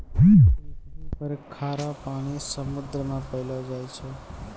पृथ्वी पर खारा पानी समुन्द्र मे पैलो जाय छै